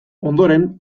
ondoren